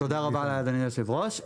תודה רבה לאדוני היושב-ראש.